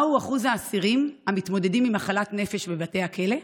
1. מהו אחוז האסירים המתמודדים עם מחלת נפש בבתי הכלא?